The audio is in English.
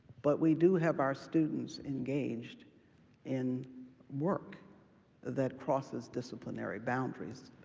but we do have our students engaged in work that crosses disciplinary boundaries,